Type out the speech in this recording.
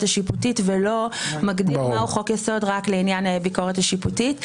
השיפוטית ולא מגדיר מהו חוק יסוד רק לעניין הביקורת השיפוטית.